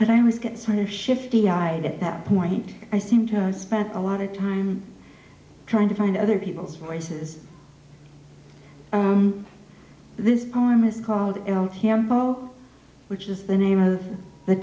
but i always gets higher shifty eyes at that point i seem to spend a lot of time trying to find other people's voices on this poem is called el which is the name of the